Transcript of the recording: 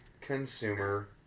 consumer